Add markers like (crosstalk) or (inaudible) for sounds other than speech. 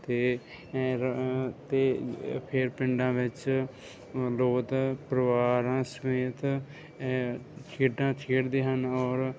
ਅਤੇ (unintelligible) ਅਤੇ ਫਿਰ ਪਿੰਡਾਂ ਵਿੱਚ ਲੋਕ ਪਰਿਵਾਰਾਂ ਸਮੇਤ ਖੇਡਾਂ ਖੇਡਦੇ ਹਨ ਔਰ